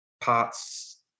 parts